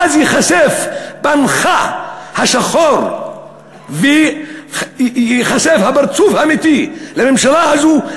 אז ייחשף שחור פניך וייחשף הפרצוף האמיתי של הממשלה הזאת,